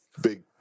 big